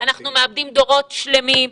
אנחנו מאבדים דורות שלמים.